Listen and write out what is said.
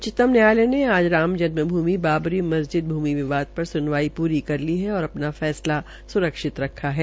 उच्चतम न्यायालय ने आज राम जन्म भूमि बाबरी मस्जिद भूमि विवाद पर सुनवाई पूरी कर ली है और अपना फैसला सुरक्षित रखा है